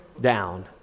down